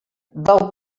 del